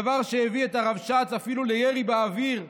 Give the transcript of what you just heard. דבר שהביא את הרבש"צ אפילו לירי באוויר,